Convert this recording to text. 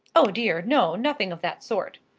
o dear, no nothing of that sort.